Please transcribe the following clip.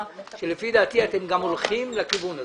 שלפי דעתי אתם גם הולכים לכיוון הזה.